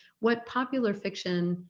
what popular fiction,